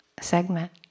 segment